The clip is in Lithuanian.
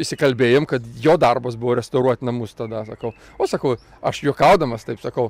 išsikalbėjom kad jo darbas buvo restauruot namus tada sakau o sakau aš juokaudamas taip sakau